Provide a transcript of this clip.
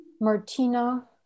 Martina